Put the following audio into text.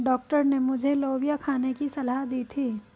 doctor ने मुझे लोबिया खाने की सलाह दी थी